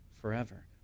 forever